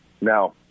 Now –